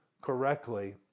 correctly